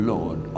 Lord